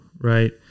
right